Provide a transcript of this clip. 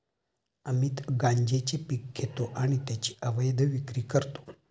अमित गांजेचे पीक घेतो आणि त्याची अवैध विक्री करतो